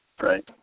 Right